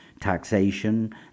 taxation